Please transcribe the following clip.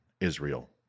Israel